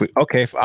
okay